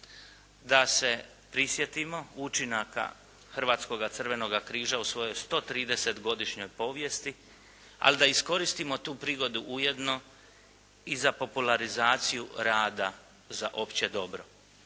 Da se prisjetimo učinaka Hrvatskoga crvenoga križa u svojoj 130 godišnjoj povijesti, ali i da iskoristimo tu prigodu ujedno i za popularizaciju rada za opće dobro.